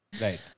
Right